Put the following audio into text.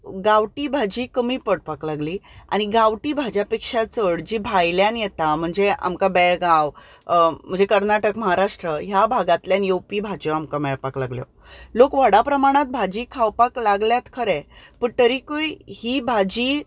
गांवठी भाजी कमी पडपाक लागली आनी गांवठी भाज्यां पेक्षा चड जी भायल्यान येता म्हणजे आमकां बेळगांव म्हणजे कर्नाटक म्हाराष्ट्र ह्या भागांतल्यान येवपी भाज्यो आमकां मेळपाक लागल्यो लोक व्हडा प्रमाणांत भाजी खावपाक लागल्यात खरे पूण तरीकूय ही भाजी